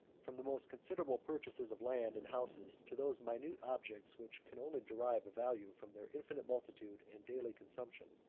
from the most considerable purchases of lands and houses, to those minute objects which can only derive a value from their infinite multitude and daily consumption.